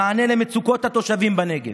במענה למצוקות התושבים בנגב.